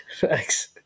Thanks